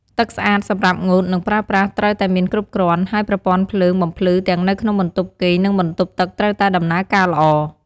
ទឹកស្អាតសម្រាប់ងូត និងប្រើប្រាស់ ត្រូវតែមានគ្រប់គ្រាន់ ហើយប្រព័ន្ធភ្លើងបំភ្លឺទាំងនៅក្នុងបន្ទប់គេង និងបន្ទប់ទឹក ត្រូវតែដំណើរការល្អ។